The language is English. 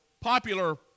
popular